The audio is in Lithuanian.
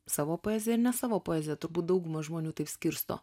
savo poeziją ir ne savo poezija turbūt dauguma žmonių taip skirsto